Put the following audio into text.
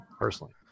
personally